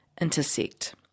intersect